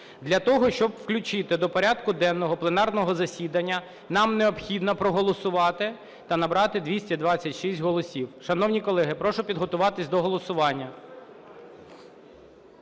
Для того, щоб включити до порядку денного пленарного засідання, нам необхідно проголосувати та набрати 226 голосів. Шановні колеги, прошу підготуватись до голосування.